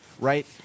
Right